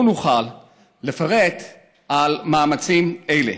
לא נוכל לפרט על מאמצים אלה.